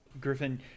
Griffin